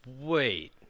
Wait